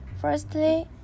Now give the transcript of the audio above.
Firstly